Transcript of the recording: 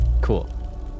Cool